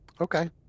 Okay